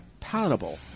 Palatable